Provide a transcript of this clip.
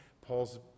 Paul's